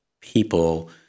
people